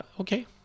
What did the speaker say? okay